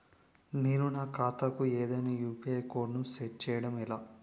నేను నా ఖాతా కు ఏదైనా యు.పి.ఐ కోడ్ ను సెట్ చేయడం ఎలా?